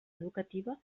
educativa